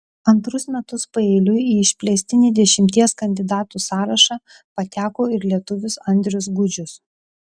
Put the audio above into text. antrus metus paeiliui į išplėstinį dešimties kandidatų sąrašą pateko ir lietuvis andrius gudžius